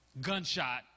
gunshot